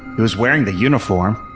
he was wearing the uniform.